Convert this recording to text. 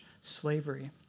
slavery